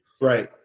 Right